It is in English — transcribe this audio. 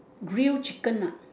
grill chicken ah